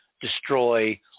destroy